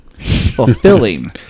fulfilling